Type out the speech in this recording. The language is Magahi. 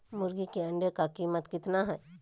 मुर्गी के अंडे का कीमत कितना है?